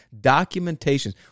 documentation